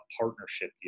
partnership